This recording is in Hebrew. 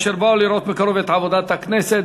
אשר באו לראות מקרוב את עבודת הכנסת.